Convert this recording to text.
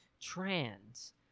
trans